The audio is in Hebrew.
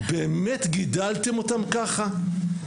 באמת גידלתם אותם ככה?